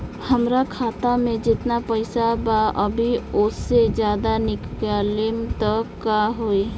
हमरा खाता मे जेतना पईसा बा अभीओसे ज्यादा निकालेम त का होई?